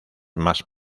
más